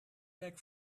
back